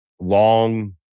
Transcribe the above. long